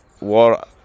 war